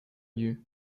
you